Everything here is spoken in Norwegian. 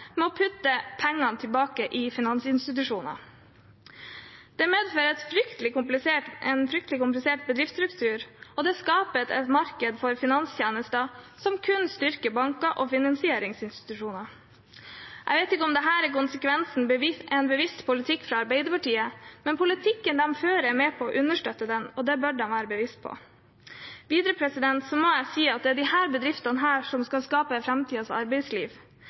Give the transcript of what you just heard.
å putte pengene tilbake i finansinstitusjoner. Det medfører en fryktelig komplisert bedriftsstruktur, og det skaper et marked for finanstjenester som kun styrker banker og finansieringsinstitusjoner. Jeg vet ikke om dette er konsekvensen av en bevisst politikk fra Arbeiderpartiet, men politikken de fører, er med på å understøtte den, og det bør de være bevisst på. Videre må jeg si at det er disse bedriftene som skal skape framtidens arbeidsliv.